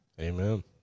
amen